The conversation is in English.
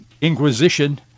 inquisition